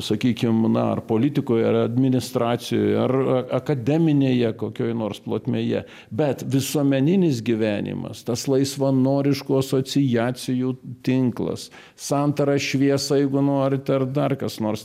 sakykim na ar politikoje ar administracijoje ar akademinėje kokioj nors plotmėje bet visuomeninis gyvenimas tas laisvanoriškų asociacijų tinklas santara šviesa jeigu norit ar dar kas nors